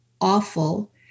awful